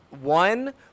one